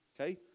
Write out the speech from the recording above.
Okay